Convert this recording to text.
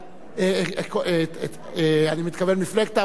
אני מתכוון מפלגת העבודה וראש הסיעה,